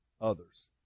others